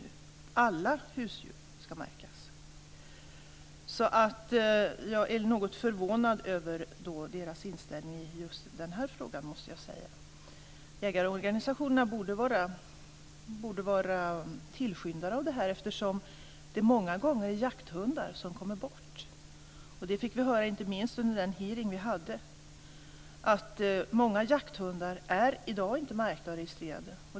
Jag måste säga att jag är något förvånad över deras inställning i just den frågan. Jägarorganisationerna borde vara tillskyndare av det här eftersom det många gånger är jakthundar som kommer bort. Inte minst vid den hearing som vi hade fick vi ju höra att många jakthundar i dag inte är märkta och registrerade.